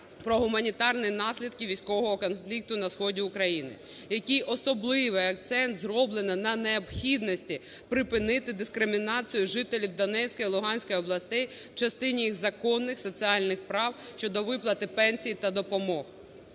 про гуманітарні наслідки військового конфлікту на сході України, в якій особливий акцент зроблено на необхідності припинити дискримінацію жителів Донецької і Луганської областей в частині їх законних соціальних прав щодо виплати пенсій та допомог.